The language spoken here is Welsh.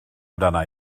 amdana